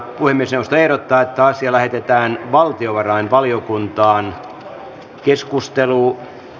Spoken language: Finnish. puhemiesneuvosto ehdottaa että asia lähetetään valtiovarainvaliokuntaan